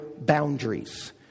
boundaries